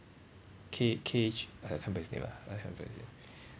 K K H I can't pronounce his name ah I can't pronounce his name